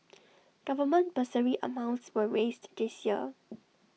government bursary amounts were raised this year